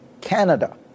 Canada